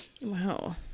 Wow